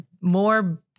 more